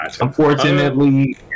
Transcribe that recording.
unfortunately